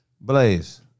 Blaze